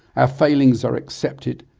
our failings are accepted,